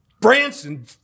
Branson